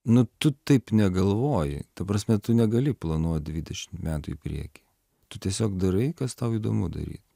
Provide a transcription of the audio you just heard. nu tu taip negalvoji ta prasme tu negali planuot dvidešimt metų į priekį tu tiesiog darai kas tau įdomu daryt